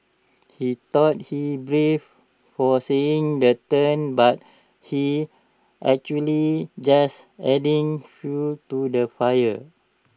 he thought he's brave for saying the but he's actually just adding fuel to the fire